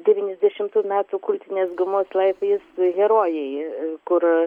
devyniasdešimtų metų kultinės gumos laisvės herojai kur